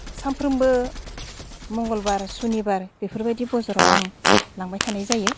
सानफ्रोमबो मंगलबार सुनिबार बेफोरबायदि बाजाराव आं लांबाय थानाय जायो